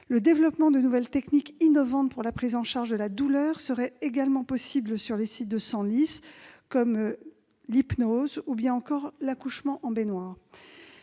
Le développement de nouvelles techniques innovantes pour la prise en charge de la douleur serait également possible sur le site de Senlis ; je pense à l'hypnose ou à l'accouchement en baignoire.